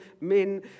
men